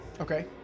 Okay